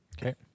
Okay